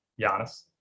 Giannis